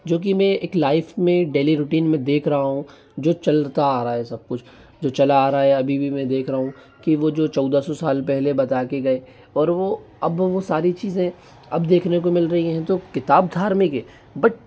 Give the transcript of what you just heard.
जो कि मैं एक लाइफ में डेली रूटीन में देख रहा हूँ जो चलता आ रहा सब कुछ जो चला आ रहा हैं अभी भी मैं देख रहा हूँ कि वो जो चौदह सौ साल पहले बता के गए और वो अब वो सारी चीज़ें अब देखने को मिल रही हैं तो किताब धार्मिक है